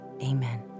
amen